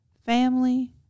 family